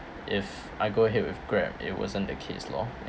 if I go ahead with Grab it wasn't the case loh